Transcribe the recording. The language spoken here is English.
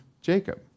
Jacob